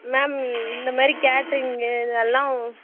ma'am இந்தமாதிரி கேட்ரிங்கு இதெ எல்லாம்